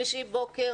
שלישי בוקר,